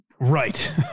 right